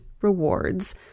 rewards